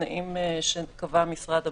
בתנאים שקבע משרד הבריאות.